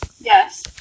Yes